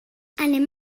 anem